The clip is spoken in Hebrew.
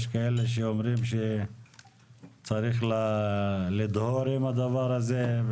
יש כאלה שאומרים שצריך לדהור עם הדבר הזה.